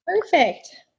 Perfect